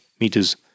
meters